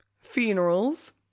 funerals